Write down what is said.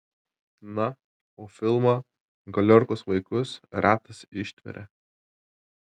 na o filmą galiorkos vaikus retas ištveria